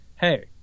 hey